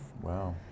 Wow